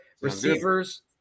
receivers